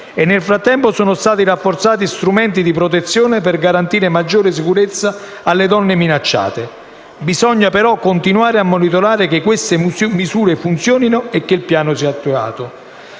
Nel frattempo sono stati rafforzati strumenti di protezione per garantire maggiore sicurezza alle donne minacciate. Bisogna però continuare a monitorare che queste misure funzionino e che il piano sia attuato.